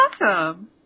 awesome